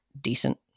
decent